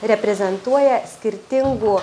reprezentuoja skirtingų